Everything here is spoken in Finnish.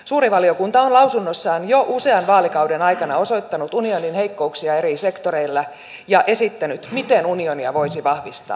suuri valiokunta on lausunnossaan jo usean vaalikauden aikana osoittanut unionin heikkouksia eri sektoreilla ja esittänyt miten unionia voisi vahvistaa